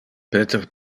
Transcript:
peter